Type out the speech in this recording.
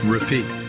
Repeat